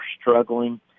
struggling